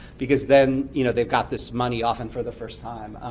because then you know they've got this money, often for the first time,